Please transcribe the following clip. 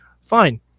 Fine